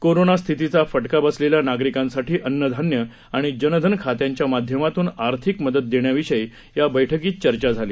corona स्थितीचा फटका बसलेल्या नागरिकांसाठी अन्नधान्य आणि जनधन खात्यांच्या माध्यमातून आर्थिक मदत देण्याविषयी या बैठकीत चर्चा झाली